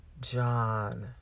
John